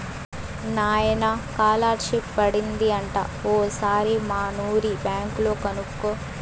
నాయనా కాలర్షిప్ పడింది అంట ఓసారి మనూరి బ్యాంక్ లో కనుకో